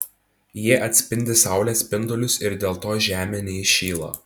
jie atspindi saulės spindulius ir dėl to žemė neįšyla